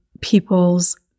People's